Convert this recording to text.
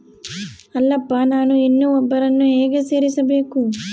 ಅಲ್ಲಪ್ಪ ನಾನು ಇನ್ನೂ ಒಬ್ಬರನ್ನ ಹೇಗೆ ಸೇರಿಸಬೇಕು?